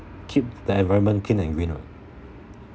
keep the environment clean and green [what]